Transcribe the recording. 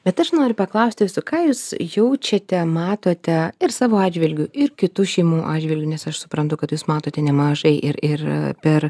bet aš noriu paklausti jūsų ką jūs jaučiate matote ir savo atžvilgiu ir kitų šeimų atžvilgiu nes aš suprantu kad jūs matote nemažai ir ir per